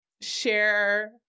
share